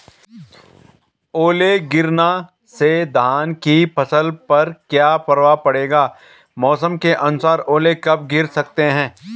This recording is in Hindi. ओले गिरना से धान की फसल पर क्या प्रभाव पड़ेगा मौसम के अनुसार ओले कब गिर सकते हैं?